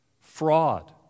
fraud